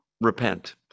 repent